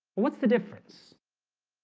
what's the difference